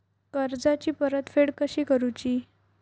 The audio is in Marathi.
कर्जाची परतफेड कशी करुची?